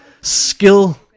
skill